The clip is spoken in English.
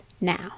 now